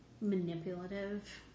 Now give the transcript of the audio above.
manipulative